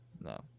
no